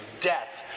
death